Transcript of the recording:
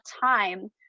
time